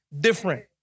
different